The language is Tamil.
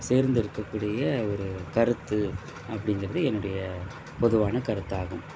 சேர்ந்து இருக்கக்கூடிய ஒரு கருத்து அப்படிங்கிறது என்னுடைய பொதுவான கருத்தாகும்